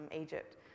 Egypt